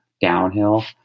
downhill